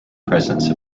presence